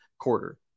quarter